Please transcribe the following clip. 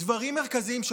דברים מרכזיים,